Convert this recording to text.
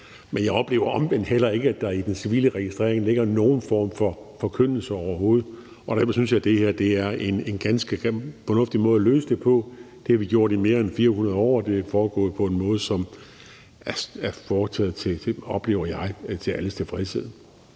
Men jeg oplever omvendt heller ikke, at der i den civile registrering ligger nogen form for forkyndelse overhovedet, og derfor synes jeg, at det her er en ganske fornuftig måde at løse det på. Det har vi gjort i mere end 400 år, og det er foregået på en måde, som er foretaget, oplever jeg, til alles tilfredshed.